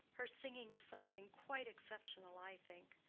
her singing is something quite exceptional, i think.